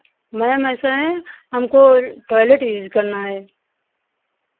ma'am ऐसा है हमको टॉयलेट यूज़ करना है